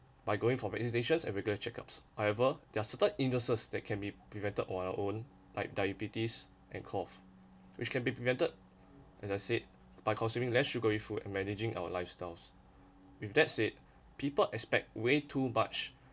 by going for medications and regular checkups however there certain illnesses that can be prevented on our own like diabetes and cough which can be prevented as I said by consuming less sugary food and managing our lifestyles with that said people expect way too much